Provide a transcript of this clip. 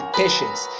patience